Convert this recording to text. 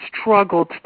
struggled